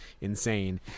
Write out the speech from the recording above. insane